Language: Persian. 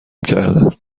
کردن